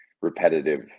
repetitive